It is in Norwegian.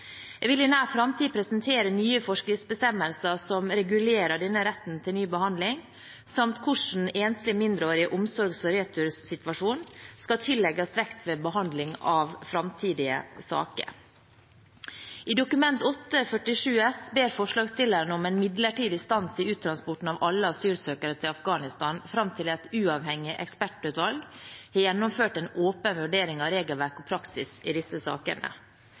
Jeg vil i nær framtid presentere nye forskriftsbestemmelser som regulerer denne retten til ny behandling, samt hvordan enslige mindreåriges omsorgs- og retursituasjon skal tillegges vekt ved behandling av framtidige saker. I Dokument 8:47 S for 2017–2018 ber forslagsstillerne om en midlertidig stans i uttransporten av alle asylsøkere til Afghanistan, fram til et uavhengig ekspertutvalg har gjennomført en åpen vurdering av regelverk og praksis i disse sakene.